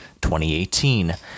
2018